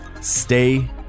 stay